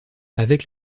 avec